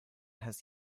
has